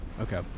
Okay